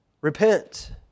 Repent